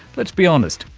let's be honest,